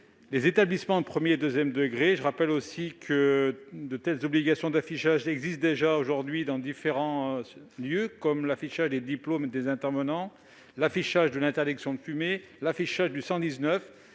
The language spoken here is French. aux établissements de premier et de second degrés. Je rappelle aussi que des obligations d'affichage existent déjà dans différents lieux, comme l'affichage des diplômes des intervenants, l'affichage de l'interdiction de fumer, l'affichage du 119,